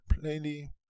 plainly